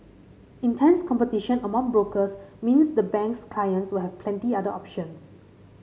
intense competition among brokers means the bank's clients will have plenty other options